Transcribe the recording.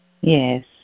Yes